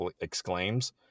exclaims